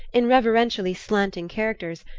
in reverentially slanting characters,